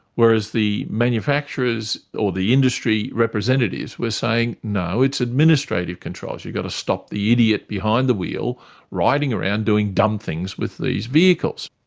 whereas the manufacturers or the industry representatives were saying, no, it's administrative controls. you've got to stop the idiot behind the wheel riding around doing dumb things with these vehicles.